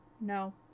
No